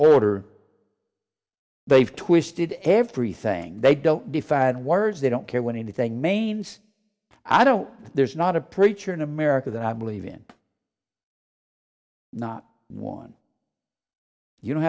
order they've twisted everything they don't define words they don't care when anything manes i don't there's not a preacher in america that i believe in not one you